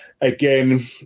again